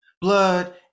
blood